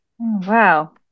Wow